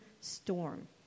storm